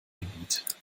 gebiet